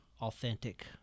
authentic